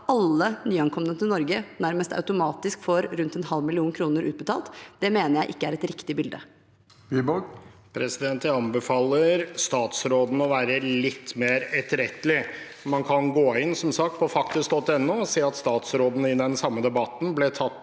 alle nyankomne til Norge nærmest automatisk får rundt en halv million kroner utbetalt, mener jeg ikke er et riktig bilde.